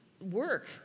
work